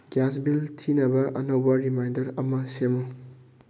gas bill ꯊꯤꯅꯕ ꯑꯅꯧꯕ reminder ꯑꯃ ꯁꯦꯝꯃꯨ